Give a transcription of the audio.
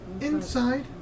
inside